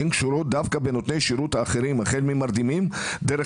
הן דווקא קשורות לנותני השירות האחרים החל ממרדימים דרך